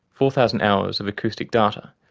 four thousand hours of acoustic data,